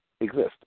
exist